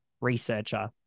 researcher